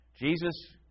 Jesus